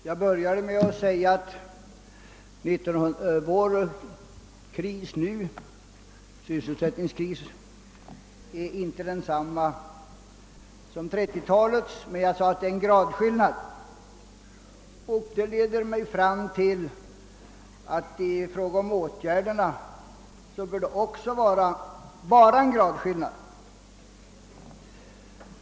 Herr talman! I mitt förra anförande sade jag, att sysselsättningskrisen nu inte är densamma som 1930-talets men att det bara är en gradskillnad mellan dem. Det leder mig fram till att det också i fråga om åtgärderna bör vara bara en gradskillnad.